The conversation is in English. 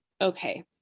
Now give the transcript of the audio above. okay